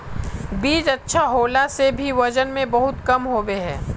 बीज अच्छा होला से भी वजन में बहुत कम होबे है?